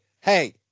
hey